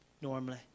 normally